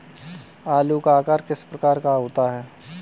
आलू का आकार किस प्रकार का होता है?